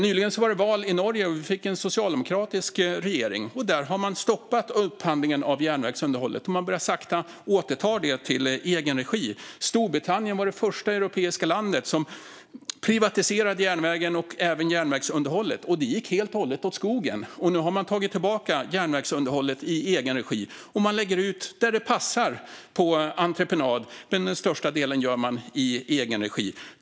Nyligen var det val i Norge, och de fick en socialdemokratisk regering. Där har man stoppat upphandlingen av järnvägsunderhållet. Man börjar sakta återta det till egen regi. Storbritannien var det första europeiska landet som privatiserade järnvägen och även järnvägsunderhållet. Det gick helt och hållet åt skogen, och nu har man tagit tillbaka järnvägsunderhållet i egen regi och lägger ut det som passar på entreprenad, men den största delen gör man i egen regi.